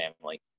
family